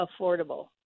affordable